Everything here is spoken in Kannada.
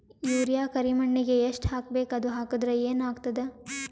ಯೂರಿಯ ಕರಿಮಣ್ಣಿಗೆ ಎಷ್ಟ್ ಹಾಕ್ಬೇಕ್, ಅದು ಹಾಕದ್ರ ಏನ್ ಆಗ್ತಾದ?